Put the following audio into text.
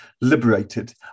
liberated